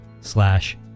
slash